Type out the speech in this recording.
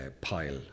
pile